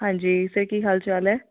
ਹਾਂਜੀ ਸਰ ਕੀ ਹਾਲ ਚਾਲ ਹੈ